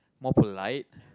more polite